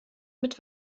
mit